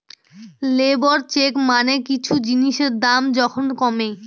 labour চেক মানে কিছু জিনিসের দাম যখন কমে